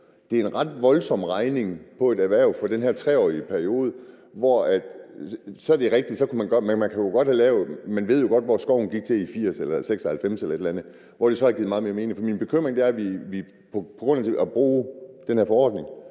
Det er en ret voldsom regning for et erhverv for den her 3-årige periode. Man vidste jo godt, hvor skoven gik til i 1980 eller 1996 eller sådan noget, og der havde det så givet meget mere mening at gøre det. Min bekymring er, at vi, når vi bruger den her forordning